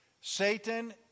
Satan